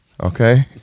okay